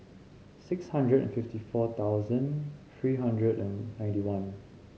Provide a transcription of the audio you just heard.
six hundred and fifty four thousand three hundred and ninety one